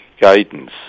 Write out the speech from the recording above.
guidance